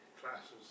classes